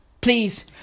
Please